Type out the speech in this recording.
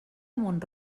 mont